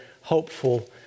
hopeful